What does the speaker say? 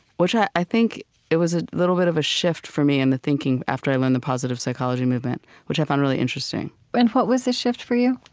which, i i think it was a little bit of a shift for me in the thinking after i learned the positive psychology movement, which i found really interesting and what was the shift for you?